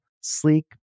sleek